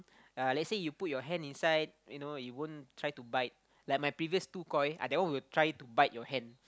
uh let's say you put your hand inside you know it won't try to bite like my previous two koi ah that one will try to bite your hand